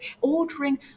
Ordering